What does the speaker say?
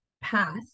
path